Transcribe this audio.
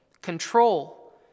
Control